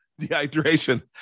dehydration